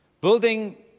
Building